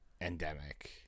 endemic